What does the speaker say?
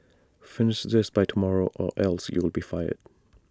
finish this by tomorrow or else you'll be fired